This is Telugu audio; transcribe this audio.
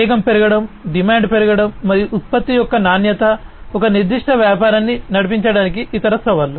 వేగం పెరగడం డిమాండ్ పెరగడం మరియు ఉత్పత్తి యొక్క నాణ్యత ఒక నిర్దిష్ట వ్యాపారాన్ని నడిపించడానికి ఇతర సవాళ్లు